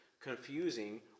confusing